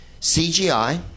CGI